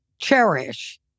cherish